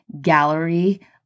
gallery